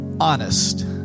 Honest